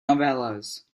novellas